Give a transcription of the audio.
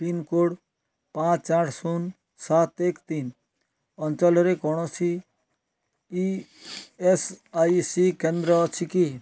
pincode ପାଞ୍ଚ ଆଠ ଶୂନ ସାତ ଏକ ତିନି ଅଞ୍ଚଳରେ କୌଣସି ଇ ଏସ୍ ଆଇ ସି କେନ୍ଦ୍ର ଅଛି କି